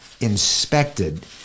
inspected